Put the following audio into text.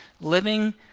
living